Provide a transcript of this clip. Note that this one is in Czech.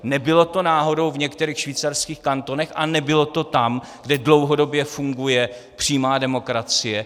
Nebylo to náhodou v některých švýcarských kantonech a nebylo to tam, kde dlouhodobě funguje přímá demokracie?